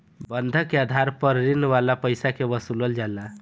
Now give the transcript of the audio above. बंधक के आधार पर ऋण वाला पईसा के वसूलल जाला